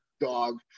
dog